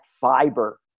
fiber